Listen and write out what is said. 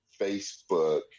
Facebook